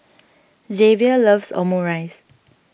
Xzavier loves Omurice